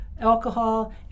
alcohol